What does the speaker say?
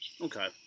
Okay